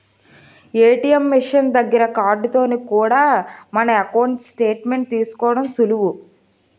ATM machine దగ్గర card తోటి కూడా మన ఎకౌంటు స్టేట్ మెంట్ తీసుకోవడం సులువు